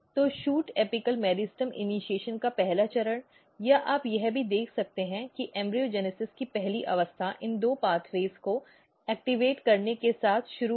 तो shoot apical meristem initiation का पहला चरण या आप यह भी देख सकते हैं कि भ्रूणजनन की पहली अवस्था इन दो पेथ्वे को सक्रिय करने के साथ शुरू होती है